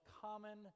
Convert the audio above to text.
common